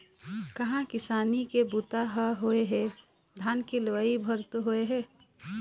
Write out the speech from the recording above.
कहाँ किसानी के बूता ह होए हे, धान के लुवई भर तो होय हे